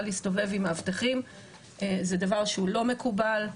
להסתובב עם מאבטחים זה דבר שהוא לא מקובל.